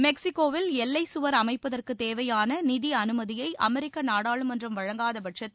மெக்ஸிக்கோவில் எல்லைச்சுவர் அமைப்பதற்கு தேவையான நிதி அனுமதியை அமெரிக்க நாடாளுமன்றம் வழங்காதபட்சத்தில்